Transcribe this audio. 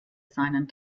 seinen